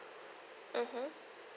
mmhmm